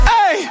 Hey